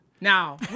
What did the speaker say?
Now